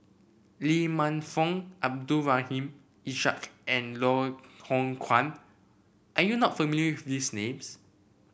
Lee Man Fong Abdul Rahim Ishak and Loh Hoong Kwan are you not familiar with these names